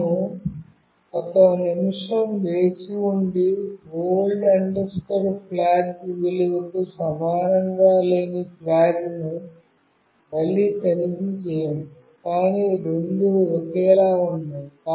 మేము ఒక నిమిషం వేచి ఉండి old flag విలువకు సమానంగా లేని ఫ్లాగ్ను మళ్ళీ తనిఖీ చేయండి కానీ రెండూ ఒకేలా ఉండవు